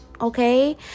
Okay